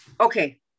okay